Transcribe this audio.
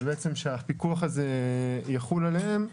שהפיקוח הזה יחול עליהם,